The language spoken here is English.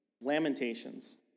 Lamentations